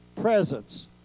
presence